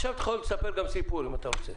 עכשיו אתה יכול גם לספר סיפור, אם אתם רוצה.